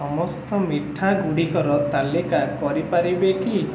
ସମସ୍ତ ମିଠା ଗୁଡ଼ିକର ତାଲିକା କରିପାରିବେ କି